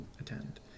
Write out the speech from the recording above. attend